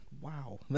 Wow